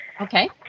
Okay